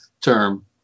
term